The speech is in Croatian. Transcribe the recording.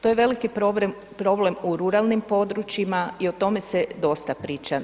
To je veliki problem u ruralnim područjima i o tome se dosta priča.